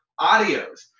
audios